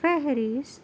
فہرست